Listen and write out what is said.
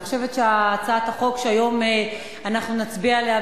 אני חושבת שהצעת החוק שהיום נצביע עליה,